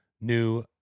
new